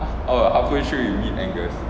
oh halfway through you meet angus